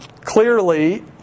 clearly